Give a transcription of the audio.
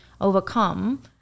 overcome